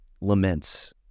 laments